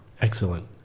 Excellent